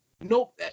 Nope